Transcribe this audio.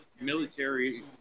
military